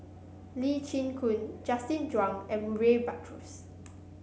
Lee Chin Koon Justin Zhuang and Murray Buttrose